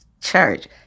Church